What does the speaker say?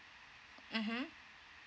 mmhmm